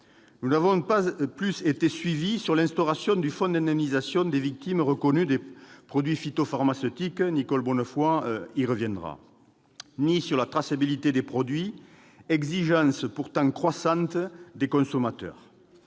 Nous n'avons pas plus été suivis sur l'instauration du fonds d'indemnisation des victimes des produits phytopharmaceutiques- Nicole Bonnefoy y reviendra -ni sur la traçabilité des produits, exigence pourtant croissante des consommateurs.